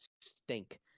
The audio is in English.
stink